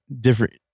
different